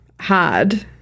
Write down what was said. hard